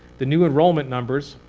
the new enrollment numbers,